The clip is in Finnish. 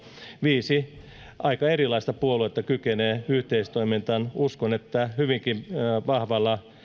viisi aika erilaista puoluetta kykenee yhteistoimintaan uskon että hyvinkin vahvalla